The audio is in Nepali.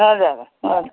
हजुर ह